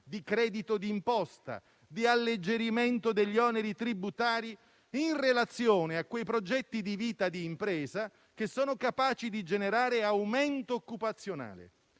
di credito di imposta e di alleggerimento degli oneri tributari in relazione a quei progetti di vita di impresa che sono capaci di generare aumento occupazionale?